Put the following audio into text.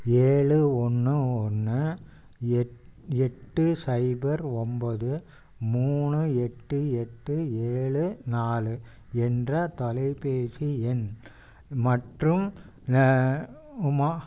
ஏழு ஒன்று ஒன்று எட் எட்டு சைபர் ஒன்போது மூணு எட்டு எட்டு ஏழு நாலு என்ற தொலைபேசி எண் மற்றும் உமா